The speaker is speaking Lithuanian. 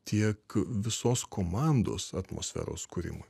tiek visos komandos atmosferos kūrimui